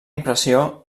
impressió